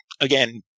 again